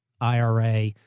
IRA